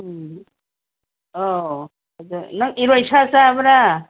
ꯎꯝ ꯑꯧ ꯑꯗꯣ ꯅꯪ ꯏꯔꯣꯏ ꯁꯥ ꯆꯥꯕ꯭ꯔꯥ